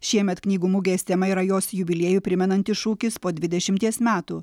šiemet knygų mugės tema yra jos jubiliejų primenantis šūkis po dvidešimties metų